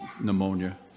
pneumonia